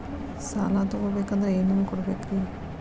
ಸಾಲ ತೊಗೋಬೇಕಂದ್ರ ಏನೇನ್ ಕೊಡಬೇಕ್ರಿ?